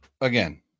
Again